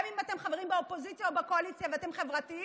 גם אם אתם חברים באופוזיציה או בקואליציה ואתם חברתיים,